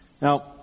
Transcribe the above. Now